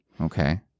Okay